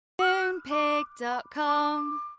Moonpig.com